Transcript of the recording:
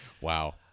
Wow